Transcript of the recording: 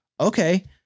Okay